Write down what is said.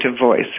voice